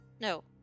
no